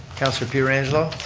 councilor pietrangelo.